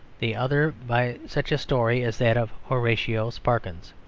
the other by such a story as that of horatio sparkins.